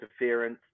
interference